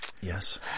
Yes